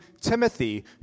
Timothy